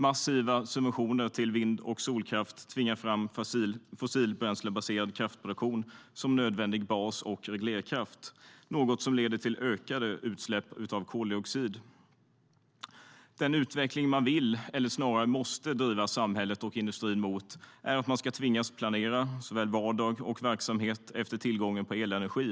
Massiva subventioner till vind och solkraft tvingar fram fossilbränslebaserad kraftproduktion som nödvändig bas och reglerkraft, vilket leder till ökade utsläpp av koldioxid. Den utveckling man vill, eller snarare måste, driva samhället och industrin mot är att vi ska tvingas planera såväl vardag som verksamhet efter tillgång på elenergi.